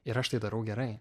ir aš tai darau gerai